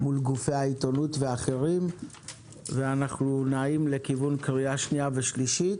מול גופי העיתונות ואחרים ואנחנו נעים לכיוון קריאה שנייה ושלישית.